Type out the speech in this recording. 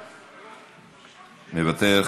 מוותר,